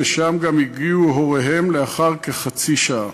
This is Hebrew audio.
לשם גם הגיעו הוריהם לאחר כחצי שעה.